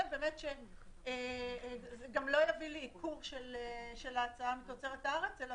זה גם לא יביא לייקור של ההצעה מתוצרת הארץ אלא